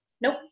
Nope